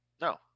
No